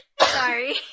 Sorry